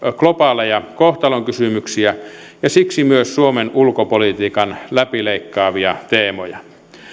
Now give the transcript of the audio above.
globaaleja kohtalonkysymyksiä ja siksi myös suomen ulkopolitiikan läpileikkaavia teemoja